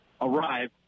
arrive